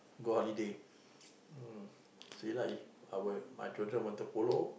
go holiday mm see lah if my children want to follow